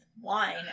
wine